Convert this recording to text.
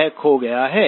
यह खो गया है